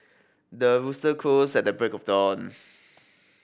the rooster crows at the break of dawn